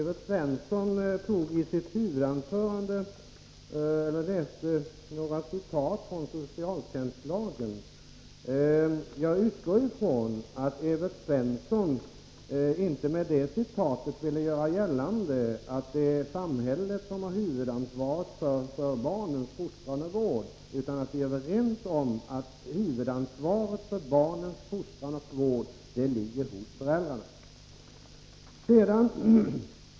Herr talman! I sitt huvudanförande läste Evert Svensson upp ett citat från socialtjänstlagen. Jag utgår ifrån att Evert Svensson inte med det citatet ville göra gällande att det är samhället som har huvudansvaret för barnens fostran och vård, utan att vi är överens om att det huvudansvaret ligger hos föräldrarna.